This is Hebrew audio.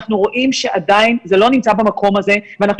אנחנו רואים שעדיין זה לא נמצא במקום הזה ואנחנו